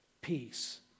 Peace